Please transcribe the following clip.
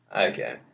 Okay